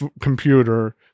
computer